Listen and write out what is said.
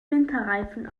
winterreifen